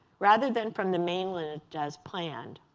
rather than from the mainland as planned.